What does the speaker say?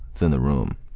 it's in the room.